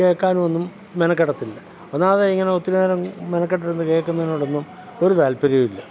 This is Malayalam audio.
കേൾക്കാനൊന്നും മെനക്കെടത്തില്ല ഒന്നാമത് ഇങ്ങനെ ഒത്തിരി നേരം മെനക്കെട്ട് ഇരുന്ന് കേൾക്കുന്നതിനോടൊന്നും ഒരു താൽപ്പര്യുവില്ല